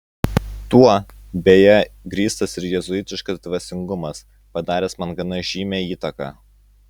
tuo beje grįstas ir jėzuitiškas dvasingumas padaręs man gana žymią įtaką